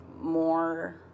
more